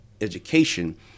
education